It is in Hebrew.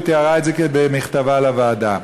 היא תיארה את זה במכתבה לוועדה,